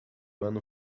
ano